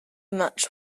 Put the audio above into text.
much